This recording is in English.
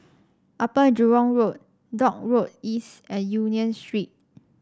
Upper Jurong Road Dock Road East and Union Street